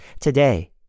Today